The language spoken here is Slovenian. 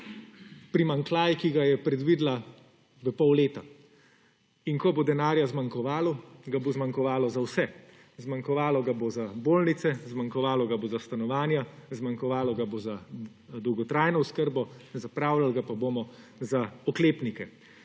primanjkljaj, ki ga je predvidela v pol leta. Ko bo denarja zmanjkovalo ga bo zmanjkovalo za vse, zmanjkovalo ga bo za bolnice, zmanjkovalo ga bo za stanovanja, zmanjkovalo ga bo za dolgotrajno oskrbo, zapravljali ga pa bomo za oklepnike.